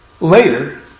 later